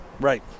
Right